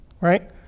Right